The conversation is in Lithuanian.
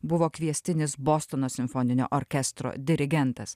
buvo kviestinis bostono simfoninio orkestro dirigentas